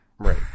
Right